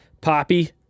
Poppy